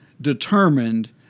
determined –